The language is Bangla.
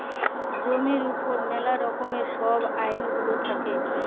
জমির উপর ম্যালা রকমের ছব আইল গুলা থ্যাকে